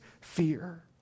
fear